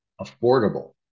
affordable